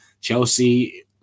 Chelsea